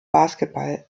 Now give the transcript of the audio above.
basketball